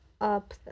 up